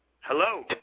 Hello